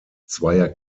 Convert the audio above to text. zweier